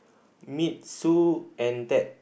meet Sue and Ted